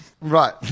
Right